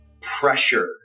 pressure